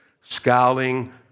scowling